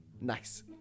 nice